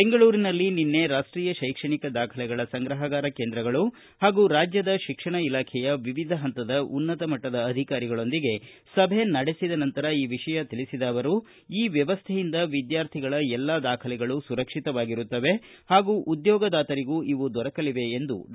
ಬೆಂಗಳೂರಿನಲ್ಲಿ ನಿನ್ನೆ ರಾಷ್ಟೀಯ ಶೈಕ್ಷಣಿಕ ದಾಖಲೆಗಳ ಸಂಗ್ರಹಗಾರ ಕೇಂದ್ರಗಳು ಹಾಗೂ ರಾಜ್ಯದ ಶಿಕ್ಷಣ ಇಲಾಖೆಯ ವಿವಿಧ ಹಂತದ ಉನ್ನತ ಮಟ್ಟದ ಅಧಿಕಾರಿಗಳೊಂದಿಗೆ ಸಭೆ ನಡೆಸಿದ ನಂತರ ಈ ವಿಷಯ ತಿಳಿಸಿದ ಅವರು ಈ ವ್ಯವಸ್ಥೆಯಿಂದ ವಿದ್ಯಾರ್ಥಿಗಳ ಎಲ್ಲಾ ದಾಖಲೆಗಳು ಸುರಕ್ಷಿತವಾಗಿರುತ್ತವೆ ಹಾಗೂ ಉದ್ಯೋಗದಾತರಿಗೂ ಇವು ದೊರಕಲಿವೆ ಎಂದು ಡಾ